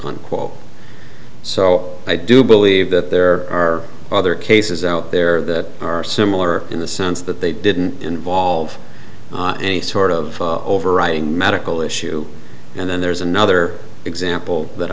unquote so i do believe that there are other cases out there that are similar in the sense that they didn't involve any sort of overriding medical issue and then there's another example that